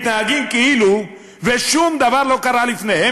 מתנהגים כאילו שום דבר לא קרה לפניהם,